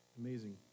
Amazing